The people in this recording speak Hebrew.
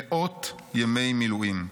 מאות ימי מילואים.